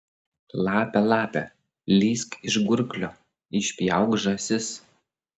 lape lape lįsk iš gurklio išpjauk žąsis